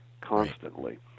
constantly